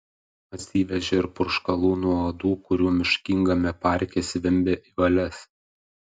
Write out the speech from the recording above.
atsivežė ir purškalų nuo uodų kurių miškingame parke zvimbė į valias